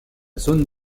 zone